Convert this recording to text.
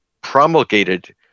promulgated